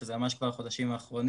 שזה ממש בחודשים האחרונים,